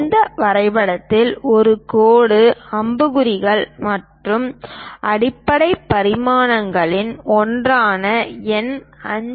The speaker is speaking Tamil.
இந்த வரைபடத்தில் ஒரு கோடு அம்புக்குறிகள் மற்றும் அடிப்படை பரிமாணங்களில் ஒன்றான எண் 5